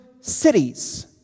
cities